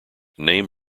name